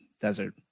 desert